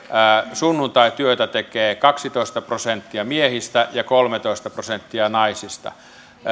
sunnuntaityötä tekee kaksitoista prosenttia miehistä ja kolmetoista prosenttia naisista